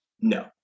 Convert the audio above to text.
no